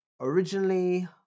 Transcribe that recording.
originally